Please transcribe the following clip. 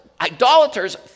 idolaters